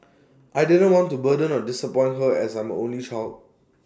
I didn't want to burden or disappoint her as I'm her only child